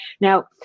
Now